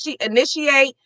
initiate